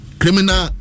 criminal